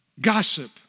gossip